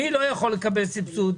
מי לא יכול לקבל סבסוד?